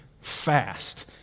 fast